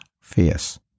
fierce